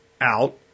out